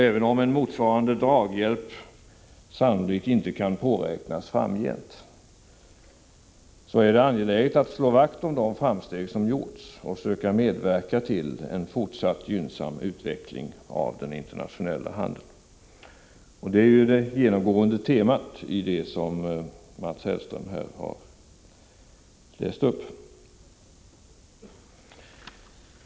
Även om en motsvarande draghjälp sannolikt inte kan påräknas framgent är det angeläget att slå vakt om de framsteg som gjorts och söka medverka till en fortsatt gynnsam utveckling av den internationella handeln. Det är också det genomgående temat i den deklaration Mats Hellström här har läst upp.